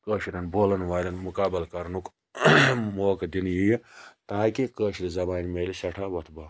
کٲشرٮ۪ن بولَن والیٚن مُقابَل کَرنُک موقعہٕ دِنہِ یِیہِ تاکہِ کٲشرِ زَبانہِ مِلہِ سٮ۪ٹھاہ وۄتھ باو